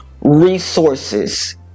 resources